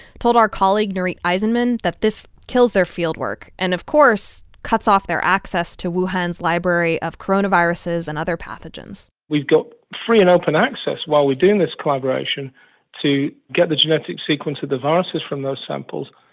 told our colleague nurith aizenman that this kills their fieldwork and, of course, cuts off their access to wuhan's library of coronaviruses and other pathogens we've got free and open access while we're doing this collaboration to get the genetic sequence of the viruses from those samples.